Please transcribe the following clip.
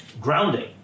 grounding